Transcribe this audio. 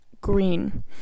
green